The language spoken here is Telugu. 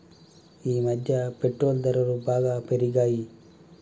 ఈమధ్య పెట్రోల్ ధరలు బాగా పెరిగాయి